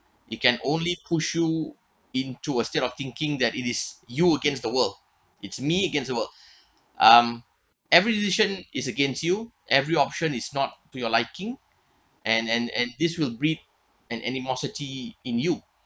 it can only push you into a state of thinking that it is you against the world it's me against the world um every decision is against you every option is not to your liking and and and this will breed an animosity in you